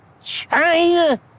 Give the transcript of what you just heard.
China